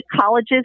colleges